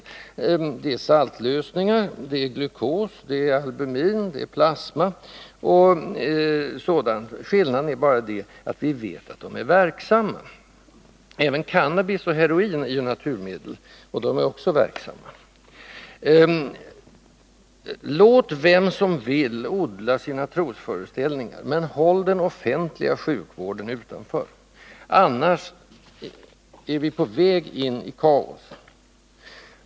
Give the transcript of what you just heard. Dit hör exempelvis saltlösningar, glykos, albumin, plasma och sådant. Skillnaden är bara den att vi vet att de är verksamma. Även cannabis och heroin är ju naturmedel, och de är också verksamma. Låt vem som vill odla sina trosföreställningar men håll den offentliga sjukvården utanför, annars är vi på väg in i kaos!